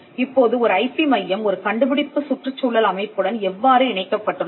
இப்போது ஒரு ஐபி மையம் ஒரு கண்டுபிடிப்பு சுற்றுச்சூழல் அமைப்புடன் எவ்வாறு இணைக்கப்பட்டுள்ளது